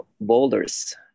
boulders